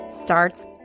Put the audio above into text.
starts